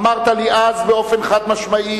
אמרת לי אז באופן חד-משמעי,